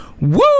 Woo